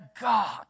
God